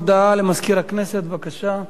הודעה לסגן מזכירת הכנסת, בבקשה.